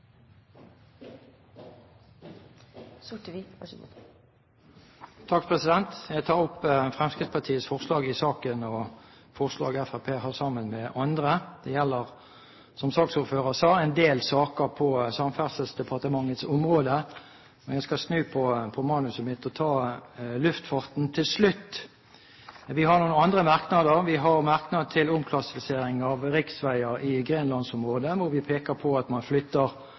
sak i så måte. Jeg tar opp Fremskrittspartiets forslag i saken og forslag Fremskrittspartiet har sammen med andre. Dette gjelder, som saksordføreren sa, en del saker på Samferdselsdepartementets område. Jeg skal snu på manuset mitt og ta luftfarten til slutt. Vi har noen andre merknader, bl.a. når det gjelder omklassifisering av riksveier i grenlandsområdet, hvor vi peker på at man flytter trafikken til områder med mer trafikk. Vi har både merknader og